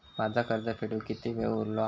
माझा कर्ज फेडुक किती वेळ उरलो हा?